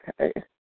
okay